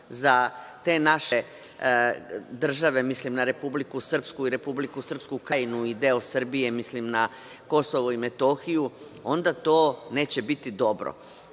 za te naše države, mislim na Republiku Srpsku i na Republiku Srpsku Krajinu i deo Srbije mislim na KiM, onda to neće biti dobro.